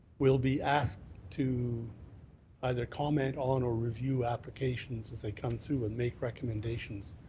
will be asked to either comment on or review applications as they come through and make recommendations.